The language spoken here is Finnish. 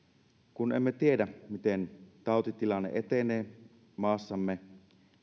kun emme tiedä miten tautitilanne etenee maassamme